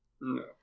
no